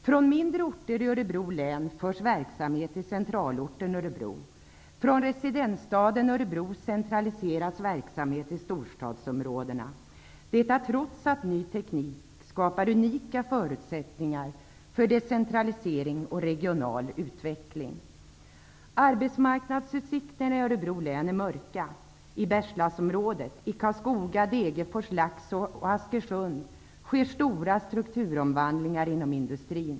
Från mindre orter i Örebro län förs verksamhet till centralorten Örebro. Från residensstaden Örebro centraliseras verksamhet till storstadsområdena. Detta trots att ny teknik skapar unika förutsättningar för decentralisering och regional utveckling. Arbetsmarknadsutsikterna i Örebro län är mörka. I Bergslagsområdet, Karlskoga, Degerfors, Laxå och Askersund sker stora strukturomvandlingar inom industrin.